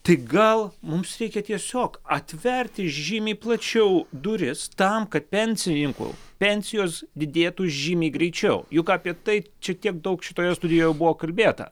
tik gal mums reikia tiesiog atverti žymiai plačiau duris tam kad pensininkų pensijos didėtų žymiai greičiau juk apie tai čia tiek daug šitoje studijoje jau buvo kalbėta